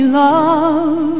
love